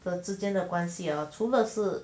的之间的关系而除了是